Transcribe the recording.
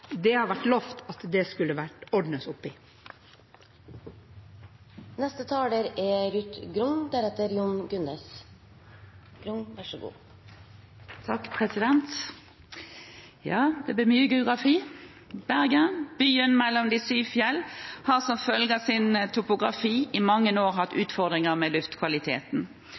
det har vært lovet at det skulle bli ordnet opp i. Ja, det blir mye geografi. Bergen, byen mellom de syv fjell, har som følge av sin topografi i mange år hatt utfordringer med luftkvaliteten,